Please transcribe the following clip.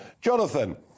Jonathan